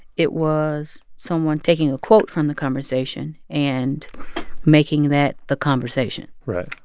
it was someone taking a quote from the conversation and making that the conversation right.